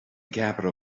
ceapaire